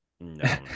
No